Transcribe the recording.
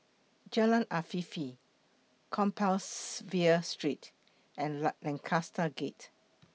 Jalan Afifi Compassvale Street and Lancaster Gate